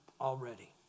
already